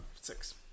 six